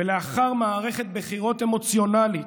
ולאחר מערכת בחירות אמוציונלית,